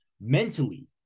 mentally